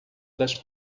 das